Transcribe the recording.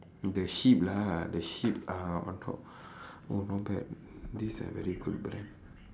the sheep lah the sheep uh on top oh not bad this like very good brand